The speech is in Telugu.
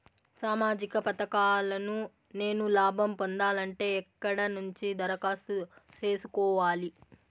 సామాజిక పథకాలను నేను లాభం పొందాలంటే ఎక్కడ నుంచి దరఖాస్తు సేసుకోవాలి?